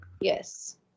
Yes